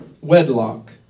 Wedlock